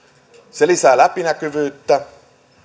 se lisää läpinäkyvyyttä